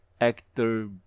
actor